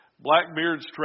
Blackbeard's